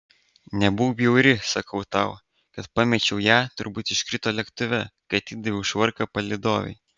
nebūk bjauri sakau tau kad pamečiau ją turbūt iškrito lėktuve kai atidaviau švarką palydovei